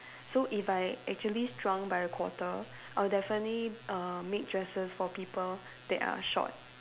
so if I actually shrunk by a quarter I will definitely err make dresses for people that are short